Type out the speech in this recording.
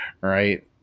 right